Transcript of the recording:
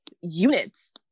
units